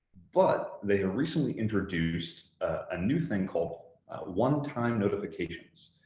but they have recently introduced a new thing called one-time notifications,